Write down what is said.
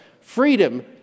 freedom